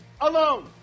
Alone